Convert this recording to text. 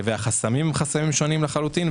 החסמים הם חסמים שונים לחלוטין.